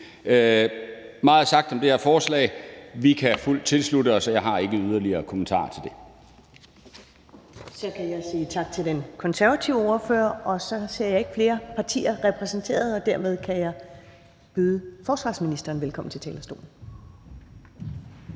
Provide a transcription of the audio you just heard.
Meget er sagt om det her forslag, og vi kan fuldt tilslutte os, og jeg har ikke yderligere kommentarer til det. Kl. 10:05 Første næstformand (Karen Ellemann): Så kan jeg sige tak til den konservative ordfører. Så ser jeg ikke flere partier repræsenteret, og dermed kan jeg byde forsvarsministeren velkommen til talerstolen.